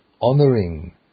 honoring